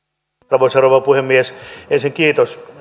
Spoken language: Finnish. arvoisa rouva puhemies ensin kiitos